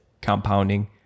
Compounding